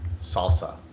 salsa